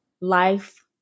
life